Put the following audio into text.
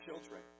children